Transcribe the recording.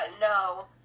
no